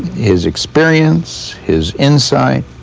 his experience his insight